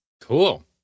cool